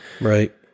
Right